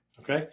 Okay